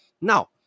Now